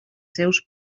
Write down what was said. seus